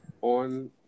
on